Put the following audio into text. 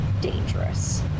dangerous